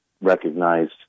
recognized